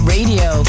Radio